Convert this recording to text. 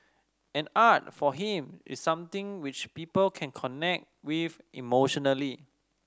and art for him is something which people can connect with emotionally